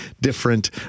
different